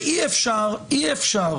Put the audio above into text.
ואי אפשר